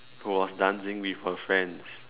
who was dancing with her friends